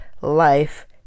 life